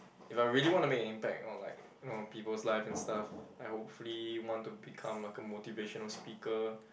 if I really wanna make an impact on like you know people's life and stuff I hopefully want to become like a motivational speaker